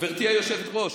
גברתי היושבת-ראש,